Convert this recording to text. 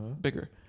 bigger